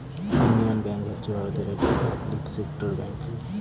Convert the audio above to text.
union Bank হচ্ছে ভারতের একটি পাবলিক সেক্টর ব্যাঙ্ক